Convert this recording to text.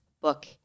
book